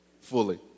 fully